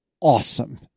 Awesome